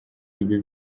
ibyo